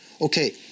Okay